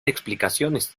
explicaciones